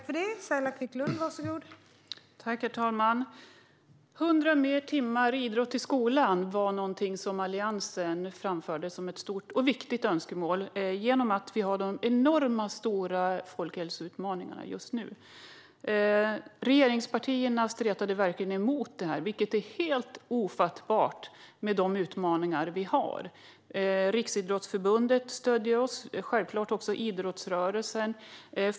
Fru talman! 100 fler timmar idrott i skolan var ett stort och viktigt önskemål från Alliansen, eftersom vi har enormt stora folkhälsoutmaningar just nu. Regeringspartierna stretade verkligen emot, vilket är helt ofattbart med tanke på de utmaningar vi har. Riksidrottsförbundet stöder oss, självklart också idrottsrörelsen.